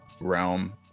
realm